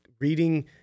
reading